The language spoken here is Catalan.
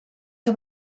que